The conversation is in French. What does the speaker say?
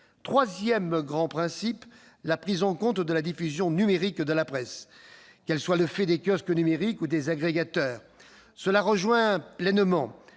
Troisième principe, la prise en compte de la diffusion numérique de la presse, qu'elle soit le fait des kiosques numériques ou des agrégateurs. Cela rejoint pleinement